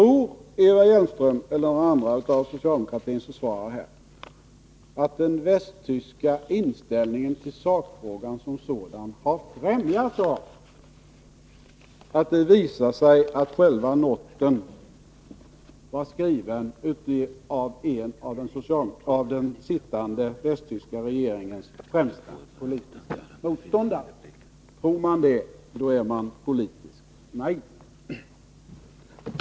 Tror Eva Hjelmström eller någon annan av socialdemokratins försvarare att den västtyska inställningen till sakfrågan som sådan har främjats av att det visar sig att själva noten var skriven av en av den sittande västtyska regeringens främste politiska motståndare? Om man tror det är man politiskt naiv.